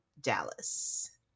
Dallas